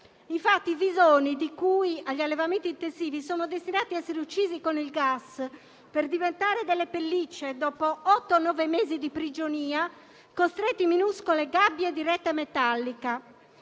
Infatti, i visoni degli allevamenti intensivi sono destinati a essere uccisi con il gas per diventare delle pellicce dopo otto o nove mesi di prigionia, costretti in minuscole gabbie di rete metallica.